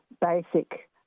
basic